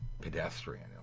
pedestrian